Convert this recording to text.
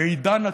העידן הצרפתי.